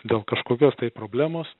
dėl kažkokios tai problemos